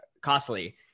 costly